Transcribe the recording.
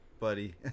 buddy